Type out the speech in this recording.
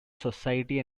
society